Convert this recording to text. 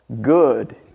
good